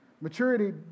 Maturity